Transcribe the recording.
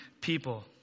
people